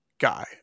Guy